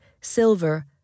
silver